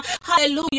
Hallelujah